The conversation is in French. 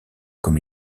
comme